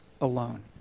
alone